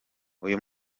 uyu